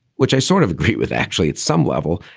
which i sort of agree with actually at some level.